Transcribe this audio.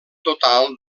total